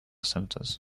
senators